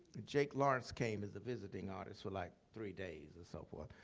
jake lawrence came as a visiting artist for like three days and so forth.